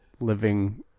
living